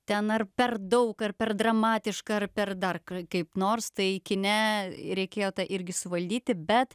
ten ar per daug ar per dramatiška ar per dar kaip nors tai kine reikėjo tą irgi suvaldyti bet